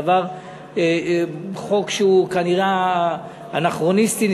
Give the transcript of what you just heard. זה חוק שהוא כנראה אנכרוניסטי.